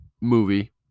movie